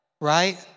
right